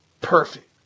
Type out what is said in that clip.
perfect